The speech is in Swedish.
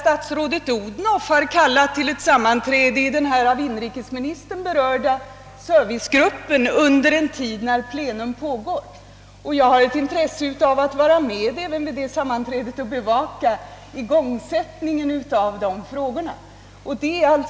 Statsrådet Odhnoff har nämligen kallat till ett sammanträde i den av inrikesministern berörda servicegruppen under tid när plenum pågår, och jag är intresserad av att vara med vid det sammanträdet för att bevaka igångsättningen av frågorna där.